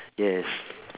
yes